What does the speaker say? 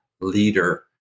leader